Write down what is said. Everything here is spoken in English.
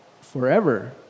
Forever